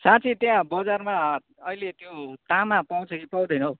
साँची त्यहाँ बजारमा अहिले त्यो तामा पाउँछ कि पाउँदैन हौ